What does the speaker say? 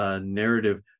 narrative